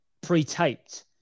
pre-taped